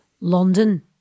London